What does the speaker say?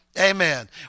amen